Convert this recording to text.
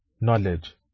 knowledge